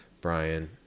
Brian